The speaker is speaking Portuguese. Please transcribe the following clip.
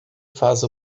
faz